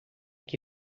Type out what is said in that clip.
que